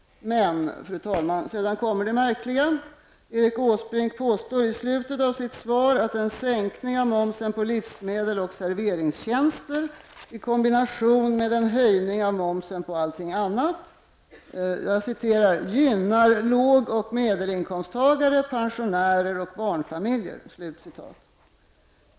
Men, fru talman, sedan kommer det märkliga. Erik Åsbrink påstår i slutet av sitt svar att en sänkning av momsen på livsmedel och serveringstjänster i kombination med en höjning av momsen på allting annat ''gynnar lågoch medelinkomsttagare, pensionärer och barnfamiljer''.